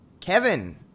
Kevin